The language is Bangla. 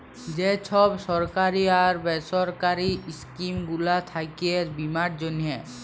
যে ছব সরকারি আর বেসরকারি ইস্কিম গুলা থ্যাকে বীমার জ্যনহে